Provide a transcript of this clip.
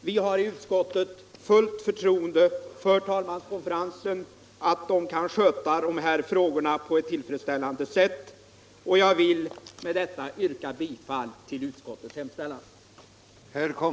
Vi har i utskottet fullt förtroende för talmanskonferensens förmåga att sköta sådana frågor på et tillfredsställande sätt. Jag ber med detta att få yrka bifall till utskottets hemställan.